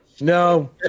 No